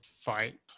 fight